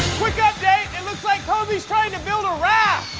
quick update it looks like coby's trying to build a raft.